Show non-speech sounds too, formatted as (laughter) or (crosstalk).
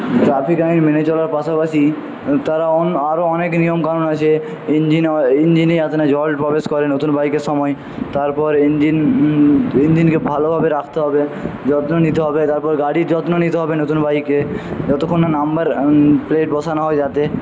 traffic আইন মেনে চলার পাশাপাশি তারা অন্য আরও অনেক নিয়মকানুন আছে ইঞ্জিন (unintelligible) ইঞ্জিনে যাতে না জল প্রবেশ করে নতুন বাইকের সময় তারপর ইঞ্জিন ইঞ্জিনকে ভালোভাবে রাখতে হবে যত্ন নিতে হবে তারপর গাড়ির যত্ন নিতে হবে নতুন বাইকের যতক্ষণ না নম্বর প্লেট বসানো হয় যাতে